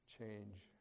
change